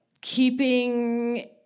keeping